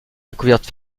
découverte